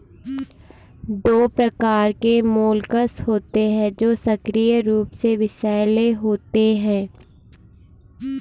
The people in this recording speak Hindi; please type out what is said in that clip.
दो प्रकार के मोलस्क होते हैं जो सक्रिय रूप से विषैले होते हैं